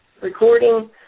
recording